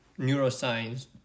neuroscience